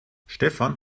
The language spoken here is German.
stefan